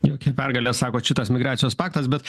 jokia pergalė sakot šitas migracijos paktas bet